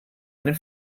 einen